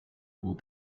will